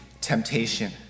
temptation